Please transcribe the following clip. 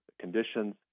conditions